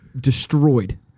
destroyed